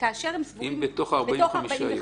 כאשר הם סבורים --- אם בתוך 45 יום.